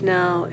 now